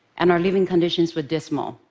and our living conditions were dismal.